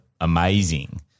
amazing